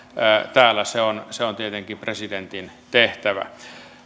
täällä se on se on tietenkin presidentin tehtävä